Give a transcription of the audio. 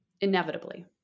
inevitably